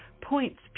points